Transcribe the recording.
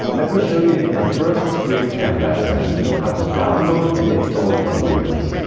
let me show you in the first screen cam lab session how to download and install it on windows.